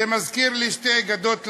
זה מזכיר לי: "שתי גדות לירדן,